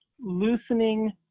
loosening